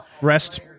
rest